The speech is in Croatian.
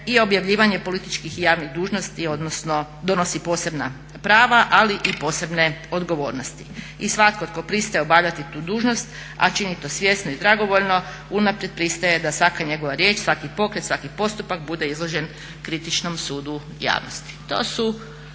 i objavljivanje političkih i javnih dužnosti odnosno donosi posebna prava ali i posebne odgovornosti. I svatko tko pristaje obavljati tu dužnost, a čini to svjesno i dragovoljno unaprijed pristaje da svaka njegova riječ, svaki pokret, svaki postupak bude izložen kritičnom sudu javnosti.